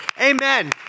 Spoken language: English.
Amen